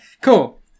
cool